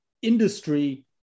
industry